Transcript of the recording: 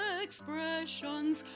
expressions